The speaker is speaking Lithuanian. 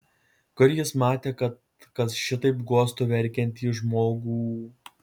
kur jis matė kad kas šitaip guostų verkiantį žmogų